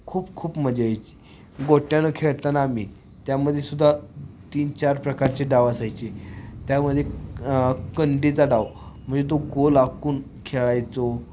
खूप खूप मजा यायची गोट्यानं खेळताना आम्ही त्यामध्ये सुद्धा तीन चार प्रकारचे डाव असायचे त्यामध्ये कंडीचा डाव म्हणजे तो गोल आखून खेळायचो